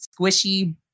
squishy